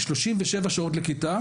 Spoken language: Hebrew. יש 37 שעות לכיתה,